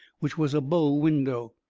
which was a bow window.